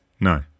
No